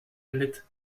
erlitt